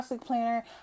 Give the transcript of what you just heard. planner